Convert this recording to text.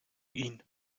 ihn